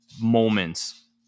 moments